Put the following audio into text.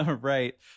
Right